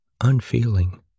unfeeling